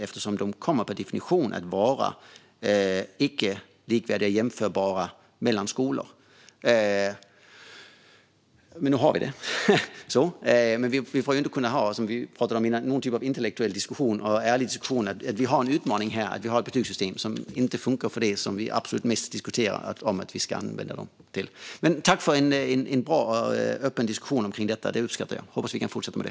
Det är inte helt lätt. Men nu har vi det så här och måste kunna föra en intellektuell och ärlig diskussion om att vi har en utmaning i att betygssystemet inte fungerar för det vi diskuterar mest om att det ska användas till. Jag tackar för en bra och öppen diskussion om detta; det uppskattar jag. Jag hoppas att vi kan fortsätta så.